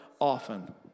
often